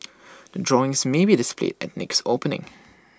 the drawings may be displayed at next opening